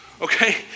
okay